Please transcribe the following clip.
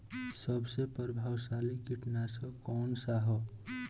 सबसे प्रभावशाली कीटनाशक कउन सा ह?